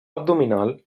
abdominal